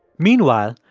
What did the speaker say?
meanwhile,